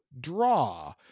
draw